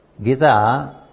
Gita